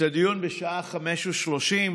סיימנו